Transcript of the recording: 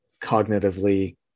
cognitively